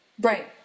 Right